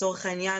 לצורך העניין,